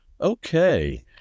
Okay